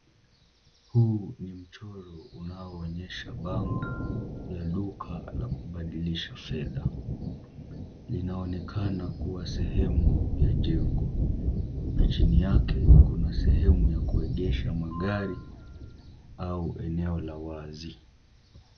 Huu ni mchoro unaoonyesha bango la duka la kubadilisha fedha. Linaonekana kuwa sehemu ya jengo na chini yake kuna sehemu ya kuegesha magari au eneo la wazi.